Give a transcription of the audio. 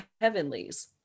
heavenlies